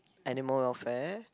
animal welfare